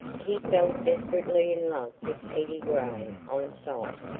he fell desperately in love with peggy gray on sight,